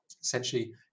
Essentially